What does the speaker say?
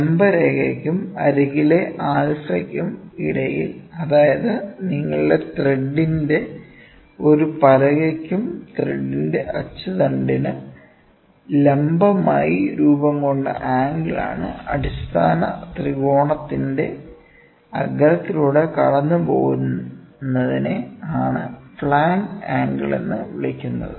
ലംബ രേഖയ്ക്കും അരികിലെ ആൽഫയ്ക്കും ഇടയിൽ അതായതു നിങ്ങളുടെ ത്രെഡിന്റെ ഒരു പലകയ്ക്കും ത്രെഡിന്റെ അച്ചുതണ്ടിന് ലംബമായി രൂപംകൊണ്ട ആംഗിൾ ആണ് അടിസ്ഥാന ത്രികോണത്തിന്റെ അഗ്രത്തിലൂടെ കടന്നു പോകുന്നതിനെ ആണ് ഫ്ലാങ്ക് ആംഗിൾ എന്ന് വിളിക്കുന്നത്